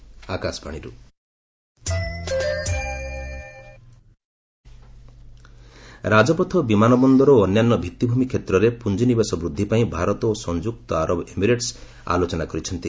India UAE ରାଜପଥ ବିମାନ ବନ୍ଦର ଓ ଅନ୍ୟାନ୍ୟ ଭିଭିଭୂମି କ୍ଷେତ୍ରରେ ପୁଞ୍ଜି ନିବେଶ ବୃଦ୍ଧି ପାଇଁ ଭାରତ ଓ ସଂଯୁକ୍ତ ଆରବ ଏମିରେଟ୍ସ ଆଲୋଚନା କରିଛନ୍ତି